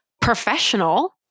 professional